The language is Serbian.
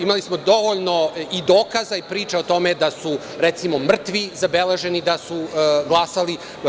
Imali smo dovoljno i dokaza i priča o tome da su, recimo, mrtvi zabeleženi da su glasali.